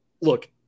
Look